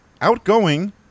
outgoing